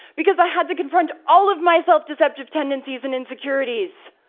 because i had to confront all of my self-deceptive tendencies and insecurities.